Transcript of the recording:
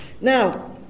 Now